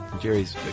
Jerry's